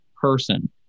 person